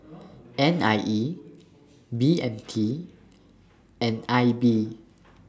N I E B M T and I B